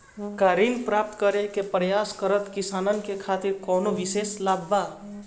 का ऋण प्राप्त करे के प्रयास करत किसानन के खातिर कोनो विशेष लाभ बा